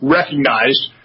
recognized